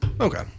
Okay